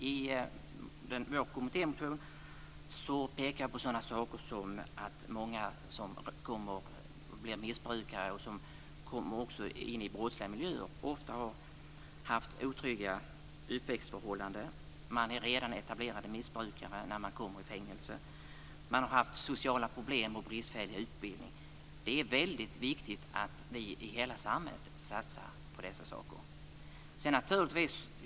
I vår kommittémotion pekar vi på sådana saker som att många som blir missbrukare och som kommer in i brottsliga miljöer ofta har haft otrygga uppväxtförhållanden. Man är redan etablerad missbrukare när man kommer i fängelse. Man har haft sociala problem och har bristfällig utbildning. Det är väldigt viktigt att vi i hela samhället satsar på dessa saker.